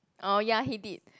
oh ya he did